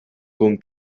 con